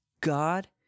God